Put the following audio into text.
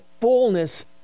fullness